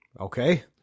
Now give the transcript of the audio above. Okay